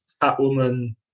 Catwoman